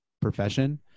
profession